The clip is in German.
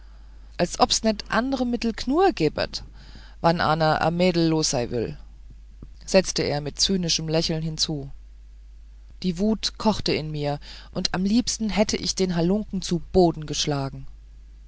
als ob's net anderne mittel g'nua gebet wann aner a mädel los sein wüll setzte er mit zynischem lächeln hinzu die wut kochte in mir und am liebsten hätte ich den halunken zu boden geschlagen